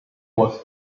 was